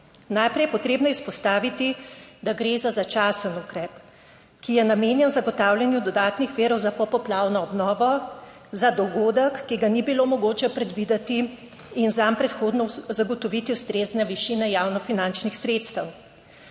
Najprej je potrebno izpostaviti, da gre za začasen ukrep, ki je namenjen zagotavljanju dodatnih virov za popoplavno obnovo, za dogodek, ki ga ni bilo mogoče predvideti in zanj predhodno zagotoviti ustrezne višine javno finančnih sredstev.